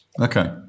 Okay